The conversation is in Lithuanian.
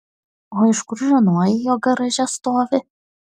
o iš kur žinojai jog garaže stovi